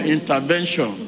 Intervention